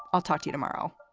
i'll talk to you tomorrow